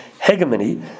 hegemony